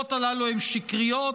שהשמועות הללו הן שקריות,